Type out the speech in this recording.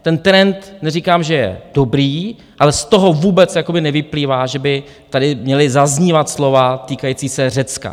Ten trend, neříkám, že je dobrý, ale z toho vůbec jakoby nevyplývá, že by tady měla zaznívat slova týkající se Řecka.